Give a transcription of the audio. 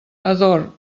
ador